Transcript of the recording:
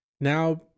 Now